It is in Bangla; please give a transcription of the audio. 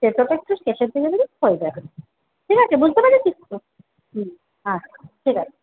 তেতোটা একটু শেষের দিকে দিবি হয়ে যাবে ঠিক আছে বুঝতে পেরেছিস তো হুম হ্যাঁ ঠিক আছে